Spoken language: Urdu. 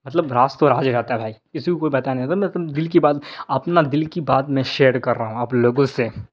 مطلب راز تو راز رہتا ہے بھائی کسی کو کوئی پتہ نہیں ہوتا میں اپنے دل کی بات اپنا دل کی بات میں شیئڑ کر رہا ہوں آپ لوگوں سے